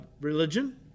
religion